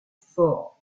four